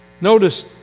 Notice